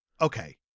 Okay